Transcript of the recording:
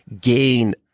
gain